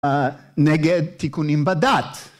נגד תיקונים בדת.